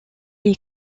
est